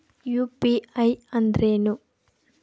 UPI ಅಂದ್ರೇನು?